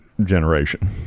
generation